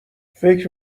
فکر